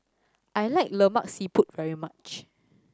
I like Lemak Siput very much